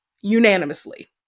unanimously